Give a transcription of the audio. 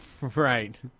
right